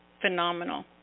phenomenal